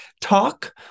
talk